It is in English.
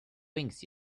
wings